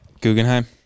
Guggenheim